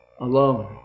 alone